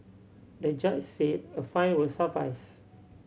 the judge said a fine will suffice